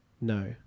no